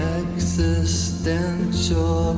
existential